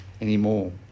anymore